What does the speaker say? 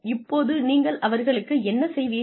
இப்போது நீங்கள் அவர்களுக்கு என்ன செய்வீர்கள்